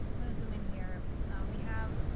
i'm gonna zoom in here we have,